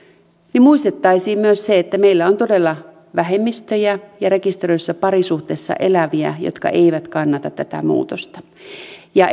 niin muistettaisiin myös se että meillä on todella vähemmistöjä ja rekisteröidyssä parisuhteessa eläviä jotka eivät kannata tätä muutosta ja